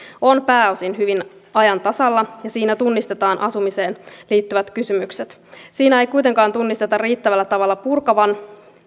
on pääosin hyvin ajan tasalla ja siinä tunnistetaan asumiseen liittyvät kysymykset siinä ei kuitenkaan tunnisteta riittävällä tavalla purkavan